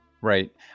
Right